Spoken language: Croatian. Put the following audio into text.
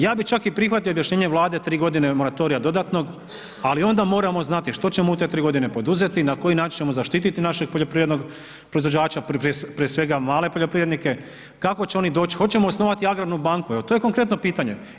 Ja bih čak i prihvatio objašnjenje Vlade, 3 godine moratorija dodatnog, ali onda moramo znati što ćemo u te 3 godine poduzeti, na koji način ćemo zaštititi našeg poljoprivrednog proizvođača, prije svega male poljoprivrednike, kako će oni doći, hoćemo osnovati agramnu banku, evo, to je konkretno pitanje.